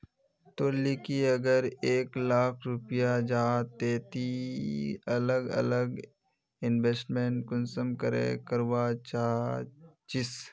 तोर लिकी अगर एक लाख रुपया जाहा ते ती अलग अलग इन्वेस्टमेंट कुंसम करे करवा चाहचिस?